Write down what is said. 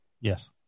Yes